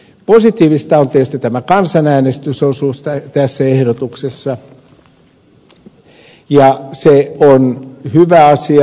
positiivista tässä ehdotuksessa on tietysti tämä kansanäänestysosuus ja se on hyvä asia